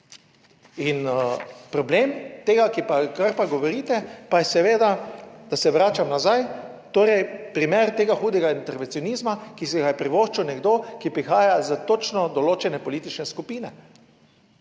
In problem tega, kar govorite, pa je seveda, da se vračam nazaj, torej primer tega hudega intervencionizma, ki si ga je privoščil nekdo, ki prihaja iz točno določene politične skupine.